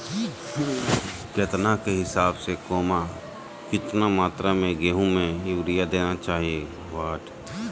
केतना के हिसाब से, कितना मात्रा में गेहूं में यूरिया देना चाही?